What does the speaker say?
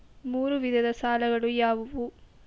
ಮೂರು ವಿಧದ ಸಾಲಗಳು ಯಾವುವು?